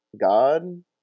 God